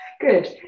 good